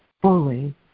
fully